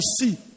see